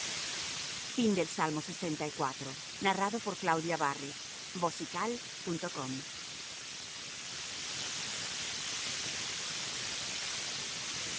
salmo de david